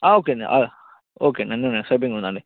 okay అండి okay అండి అన్నీ ఉన్నాయి స్వైపింగ్ ఉందండి